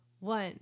One